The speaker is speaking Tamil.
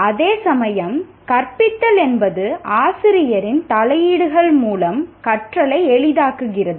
அதேசமயம் கற்பித்தல் என்பது ஆசிரியரின் தலையீடுகள் மூலம் கற்றலை எளிதாக்குகிறது